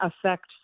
affect